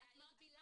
ספציפי.